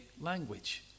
language